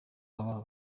baba